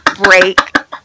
break